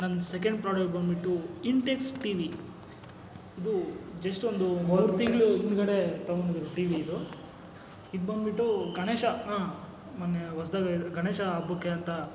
ನನ್ನ second product ಬಂದ್ಬಿಟ್ಟು Intex TV ಇದು ಜಸ್ಟ್ ಒಂದು ಮೂರು ತಿಂಗ್ಳು ಹಿಂದ್ಗಡೆ ತೊಗೊಂಡಿರೋ ಟಿವಿ ಇದು ಇದ್ಬಂದ್ಬಿಟ್ಟು ಗಣೇಶ ಮೊನ್ನೆ ಹೊಸ್ದಾಗಿ ಗಣೇಶ ಹಬ್ಬಕ್ಕೆ ಅಂತ